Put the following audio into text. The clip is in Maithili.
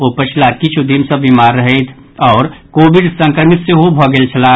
ओ पछिला किछ् दिन सँ बीमार रहैथ आओर कोविड संक्रमित सेहो भऽ गेल छलाह